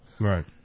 Right